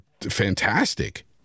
fantastic